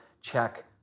check